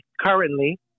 currently